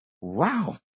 Wow